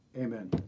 amen